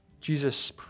Jesus